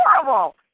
horrible